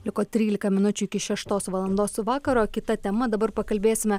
liko trylika minučių iki šeštos valandos vakaro kita tema dabar pakalbėsime